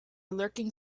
lurking